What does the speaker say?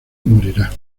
morirá